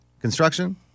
Construction